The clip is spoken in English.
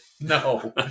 no